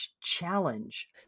challenge